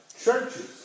churches